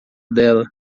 dela